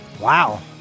Wow